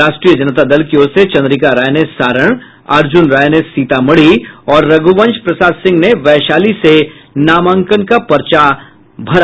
राष्ट्रीय जनता दल की ओर से चन्द्रिका राय ने सारण अर्जुन राय ने सीतामढ़ी और रघुवंश प्रसाद सिंह ने वैशाली संसदीय क्षेत्र से पर्चा भरा